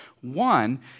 One